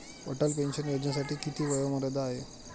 Atal pension योजनेसाठी किती वयोमर्यादा आहे?